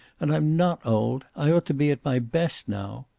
and i'm not old. i ought to be at my best now.